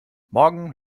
morgen